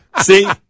See